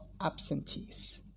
absentees